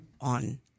On